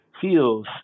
feels